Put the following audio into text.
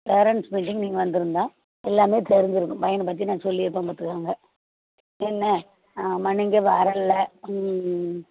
parents meeting நீங்கள் வந்திருந்தா எல்லாமே தெரிஞ்சுருக்கும் பையனை பற்றி நான் சொல்லியிருப்பேன் பார்த்துக்கோங்க என்ன ஆமாம் நீங்கள் வரலை ம் ம்